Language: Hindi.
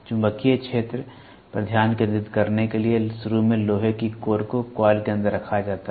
चुंबकीय क्षेत्र पर ध्यान केंद्रित करने के लिए शुरू में लोहे की कोर को कॉइल के अंदर रखा जाता है